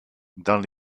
dans